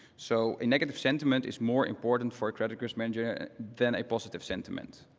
so a negative sentiment is more important for a credit risk manager than a positive sentiment.